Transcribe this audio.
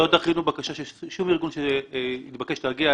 לא דחינו בקשה של שום ארגון שהתבקש להגיע.